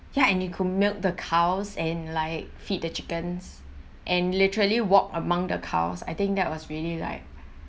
ya and you could milk the cows and like feed the chickens and literally walked among the cows I think that was really like